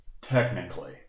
technically